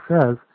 says